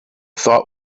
thought